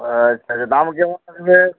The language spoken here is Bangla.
আচ্ছা আচ্ছা দাম কেমন থাকবে